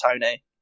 Tony